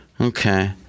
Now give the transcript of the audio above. Okay